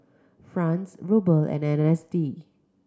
Franc Ruble and N S D